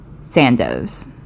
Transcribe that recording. Sandoz